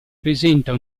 presenta